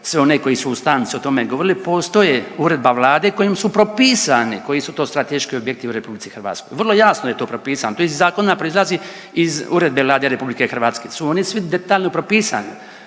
sve one koji su u stanci o tome govorili, postoje uredba Vlade kojom su propisani koji su to strateški objekti u RH, vrlo jasno je to propisano, to iz zakona proizlazi iz uredbe Vlade RH su oni svi detaljno propisani.